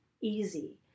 easy